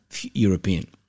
European